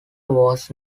was